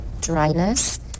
dryness